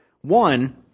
One –